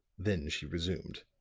then she resumed